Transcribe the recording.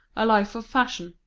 a life of fashion,